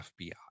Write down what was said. fbi